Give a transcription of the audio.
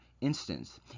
instance